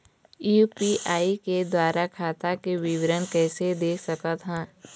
UPI के द्वारा खाता के विवरण कैसे देख सकत हन?